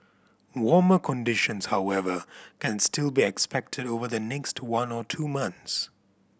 warmer conditions however can still be expected over the next one or two months